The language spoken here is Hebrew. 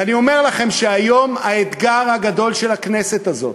ואני אומר לכם שהיום האתגר הגדול של הכנסת הזאת,